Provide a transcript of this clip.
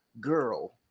girl